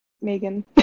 Megan